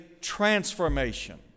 transformation